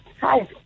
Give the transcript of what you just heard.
hi